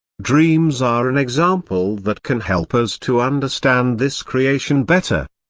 dreams are an example that can help us to understand this creation better.